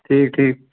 ٹھیٖک ٹھیٖک